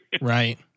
Right